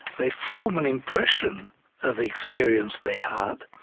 they form an impression of the experience they had,